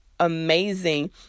amazing